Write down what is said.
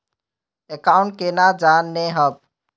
Account केना जाननेहव?